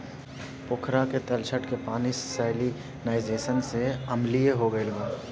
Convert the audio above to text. पोखरा के तलछट के पानी सैलिनाइज़ेशन से अम्लीय हो गईल बा